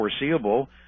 foreseeable